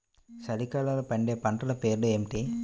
చలికాలంలో పండే పంటల పేర్లు ఏమిటీ?